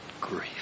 grief